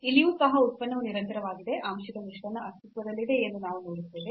ಇಲ್ಲಿಯೂ ಸಹ ಉತ್ಪನ್ನವು ನಿರಂತರವಾಗಿದೆ ಆಂಶಿಕ ನಿಷ್ಪನ್ನ ಅಸ್ತಿತ್ವದಲ್ಲಿದೆ ಎಂದು ನಾವು ನೋಡುತ್ತೇವೆ